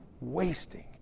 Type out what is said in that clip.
wasting